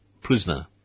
prisoner